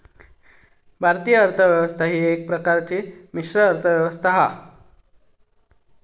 भारतीय अर्थ व्यवस्था ही एका प्रकारची मिश्रित अर्थ व्यवस्था हा